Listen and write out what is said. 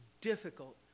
difficult